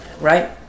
right